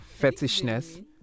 fetishness